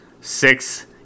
Six